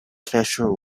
treasure